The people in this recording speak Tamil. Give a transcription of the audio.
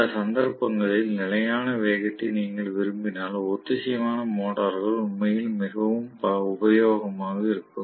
அந்த சந்தர்ப்பங்களில் நிலையான வேகத்தை நீங்கள் விரும்பினால் ஒத்திசைவான மோட்டார்கள் உண்மையில் மிகவும் உபயோகமாக இருக்கும்